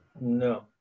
No